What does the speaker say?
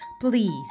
please